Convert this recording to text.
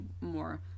more